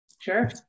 Sure